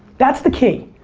that's the key.